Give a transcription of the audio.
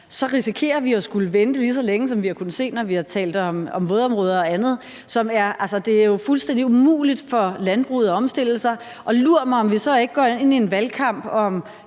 så risikerer vi at skulle vente lige så længe, som vi har kunnet se vi har skullet, når vi har talt om vådområder og andet. Det er jo fuldstændig umuligt for landbruget at omstille sig. Og lur mig, om vi så ikke går ind i en valgkamp –